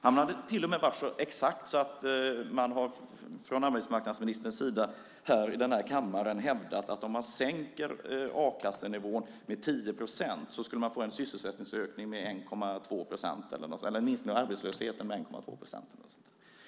Han har till och med varit så exakt att han i den här kammaren har hävdat att om man sänker a-kassenivån med 10 procent skulle man få en minskning av arbetslösheten med 1,2 procent eller något sådant.